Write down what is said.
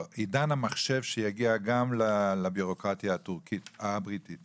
עידן המחשב שיגיע גם לבירוקרטיה הישראלית,